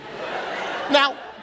Now